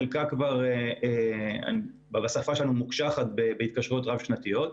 חלקה כבר מוקשח בהתקשרויות רב-שנתיות,